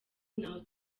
ntaho